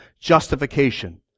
justification